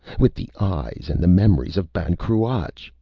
with the eyes and the memories of ban cruach!